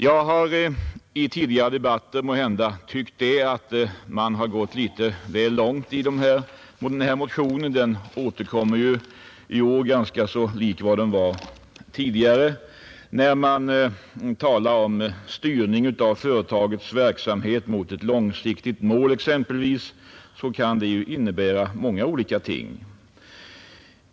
Jag har i tidigare debatter tyckt att man måhända gått litet väl långt i denna motion — den återkommer ju i år ganska lik tidigare års. När man talar om styrning av företagets verksamhet mot ett långsiktigt mål, så kan det ju innebära många olika ting.